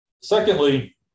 Secondly